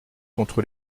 contre